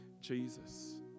Jesus